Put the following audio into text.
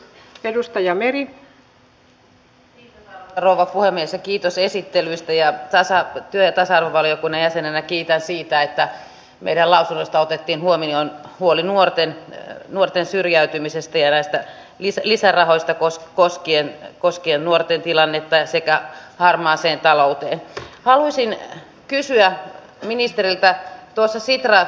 kaikkien miinusmerkkisten päätöstenkin keskellä ensi vuosi tulee olemaan jo ensimmäisten näyttöjen vuosi siitä että meidän lausunnosta otettiin huomioon huoli nuorten nuorten syrjäytymisen tiellä isä lisärahoista koskien hallituksen kärkihankkeissa lasten ja sekä harmaaseen talouteen haluaisin kysyä ministeriltä tosin siellä